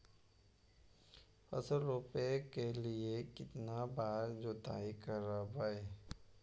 फसल रोप के लिय कितना बार जोतई करबय?